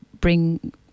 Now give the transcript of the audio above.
bring